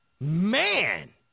Man